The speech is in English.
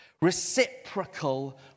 reciprocal